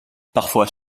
parfois